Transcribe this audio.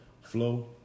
flow